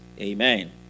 Amen